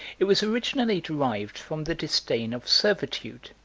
it was originally derived from the disdain of servitude,